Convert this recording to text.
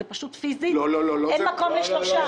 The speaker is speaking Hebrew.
פיזית, אין מקום לשלושה.